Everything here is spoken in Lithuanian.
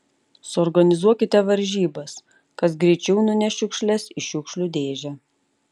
suorganizuokite varžybas kas greičiau nuneš šiukšles į šiukšlių dėžę